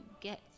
get